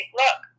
look